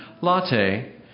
latte